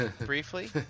briefly